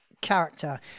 Character